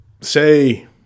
say